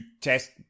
test